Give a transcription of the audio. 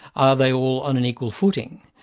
are they all on an equal footing?